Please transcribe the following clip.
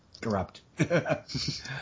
corrupt